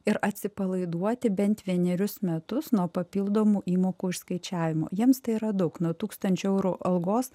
ir atsipalaiduoti bent vienerius metus nuo papildomų įmokų išskaičiavimo jiems tai yra daug nuo tūkstančio eurų algos